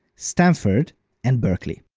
stanford and berkeley.